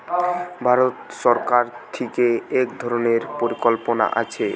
ভারত সরকার থিকে এক ধরণের পরিকল্পনা আছে